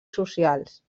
socials